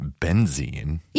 benzene